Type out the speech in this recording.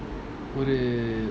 ஒரு:oru